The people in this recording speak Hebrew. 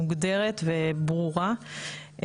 מוגדרת וברורה.